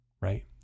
right